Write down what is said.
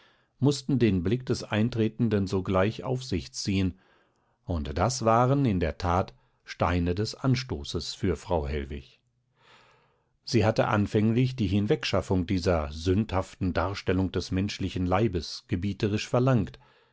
mußten den blick des eintretenden sogleich auf sich ziehen und das waren in der that steine des anstoßes für frau hellwig sie hatte anfänglich die hinwegschaffung dieser sündhaften darstellung des menschlichen leibes gebieterisch verlangt